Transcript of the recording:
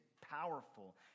powerful